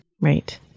Right